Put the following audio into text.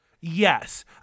Yes